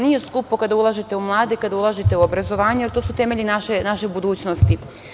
Nije skupo kada ulažete u mlade, kada ulažete u obrazovanje jer to su temelji naše budućnosti.